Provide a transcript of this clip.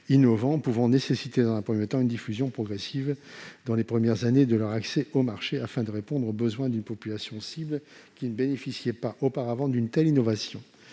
innovants pouvant nécessiter, dans un premier temps, une diffusion progressive dans les premières années de leur accès au marché, afin de répondre aux besoins d'une population cible qui ne bénéficiait pas auparavant d'une telle innovation.